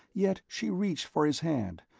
yet she reached for his hand,